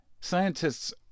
Scientists